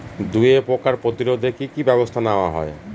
দুয়ে পোকার প্রতিরোধে কি কি ব্যাবস্থা নেওয়া হয়?